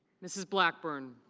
mrs. blackburn.